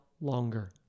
longer